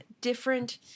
different